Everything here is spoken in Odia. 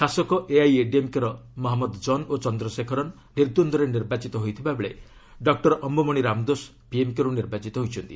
ଶାସକ ଏଆଇଏଡିଏମ୍କେର ମହମ୍ମଦ ଜନ୍ ଓ ଚନ୍ଦ୍ରଶେଖରନ୍ ନିର୍ଦ୍ଦେଦରେ ନିର୍ବାଚିତ ହୋଇଥିବାବେଳେ ଡକ୍ଟର ଅମ୍ଭୁମଣି ରାମଦୋଷ ପିଏମ୍କେରୁ ନିର୍ବାଚିତ ହୋଇଛନ୍ତି